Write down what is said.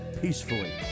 peacefully